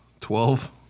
Twelve